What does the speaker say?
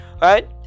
right